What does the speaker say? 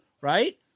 right